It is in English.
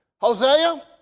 Hosea